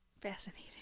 Fascinating